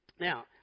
now